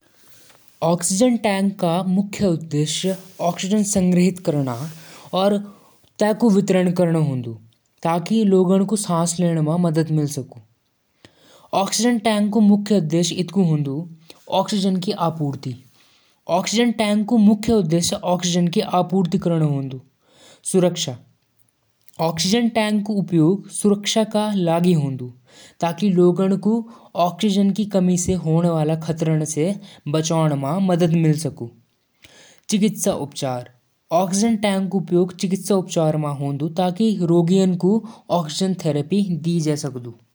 छतरी क मुख्य भाग होलु हैंडल, शाफ्ट, कैनोपी, और रिब्स। हैंडल पकड़ण क काम करदु। शाफ्ट छतरी क लंबा भाग होलु। कैनोपी कपड़ा क भाग होलु, जौं बरसात स बचादु। रिब्स कैनोपी क सपोर्ट करदु। सब भाग मजबूत और हल्का होण च, ताकि छतरी ठिक स काम करदु।